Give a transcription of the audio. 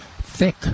Thick